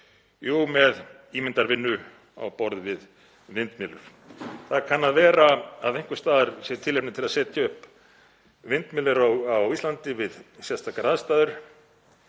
Jú, með ímyndarvinnu á borð við vindmyllur. Það kann að vera að einhvers staðar sé tilefni til að setja upp vindmyllur á Íslandi við sérstakar aðstæður